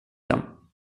dem